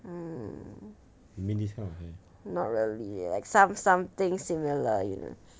mm not really like like some something similar you know